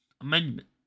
Amendment